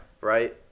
Right